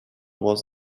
was